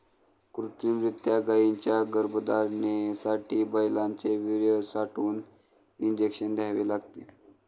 कृत्रिमरीत्या गायींच्या गर्भधारणेसाठी बैलांचे वीर्य साठवून इंजेक्शन द्यावे लागते